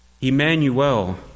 Emmanuel